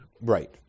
Right